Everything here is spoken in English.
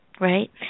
right